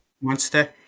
monster